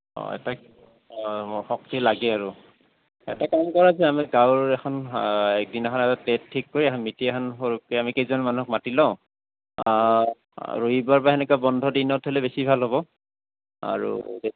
অঁ এটা অ শক্তি লাগে আৰু এটা কাম কৰা যে আমি গাঁৱৰ এখন এক দিনাখন এটা ডে'ট ঠিক কৰি মিটিং এখন সৰুকৈ আমি কেইজনমানক মাতি লওঁ ৰবিবাৰ বা তেনেকুৱা বন্ধ দিনত হ'লে বেছি ভাল হ'ব আৰু